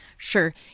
Sure